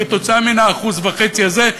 כתוצאה מ-1.5% הזה?